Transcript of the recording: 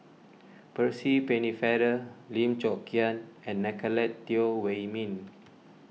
Percy Pennefather Lim Chong Keat and Nicolette Teo Wei Min